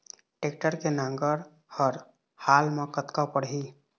Tractor के नांगर हर हाल मा कतका पड़िही?